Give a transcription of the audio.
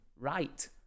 right